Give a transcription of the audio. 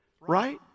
Right